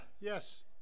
Yes